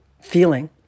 feeling